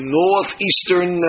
northeastern